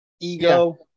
ego